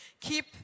Keep